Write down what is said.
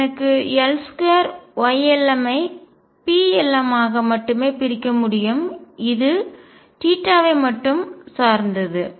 எனவே எனக்கு L2 Ylm ஐ Plm ஆக மட்டுமே பிரிக்க முடியும்இது ஐ மட்டும் சார்ந்தது